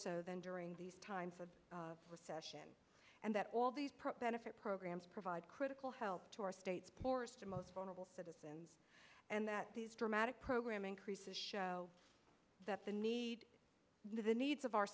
so than during these times of recession and that all these benefit programs provide critical help to our states poorest and most vulnerable citizens and that these dramatic program increases show that the need for the needs of our